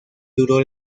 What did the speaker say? duro